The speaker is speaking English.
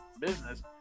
business